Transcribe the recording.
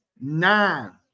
Nine